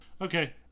Okay